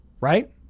right